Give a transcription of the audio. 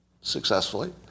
successfully